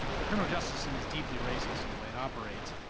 the criminal justice system is deeply racist in the way it operates,